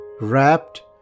wrapped